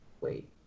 wait